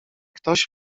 ktoś